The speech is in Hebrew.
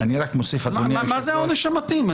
אז מה זה העונש המתאים?